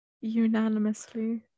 unanimously